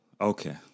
Okay